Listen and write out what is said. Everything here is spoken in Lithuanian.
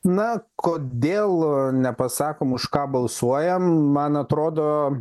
na kodėl nepasakom už ką balsuojam man atrodo